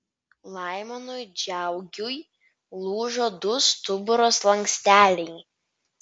laimonui džiaugiui lūžo du stuburo slanksteliai